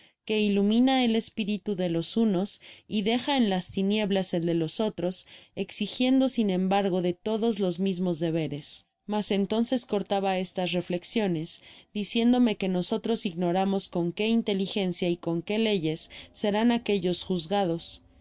que ilumina el espiritu de los unos y deja en las tinieblas el de los otros exigiendo sin embargo de todos los mismos deberes mas entonces cortaba estas reflexiones diciéndome que nosotros ignoramos con qué inteligencia y con qué leyes serán aquellos juzgados